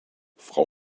frau